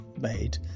made